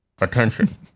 attention